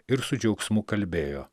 ir su džiaugsmu kalbėjo